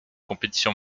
compétition